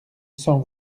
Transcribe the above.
sans